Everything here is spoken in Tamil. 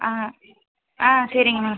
ஆ ஆ சரிங்க மேம்